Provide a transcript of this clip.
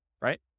right